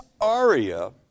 aria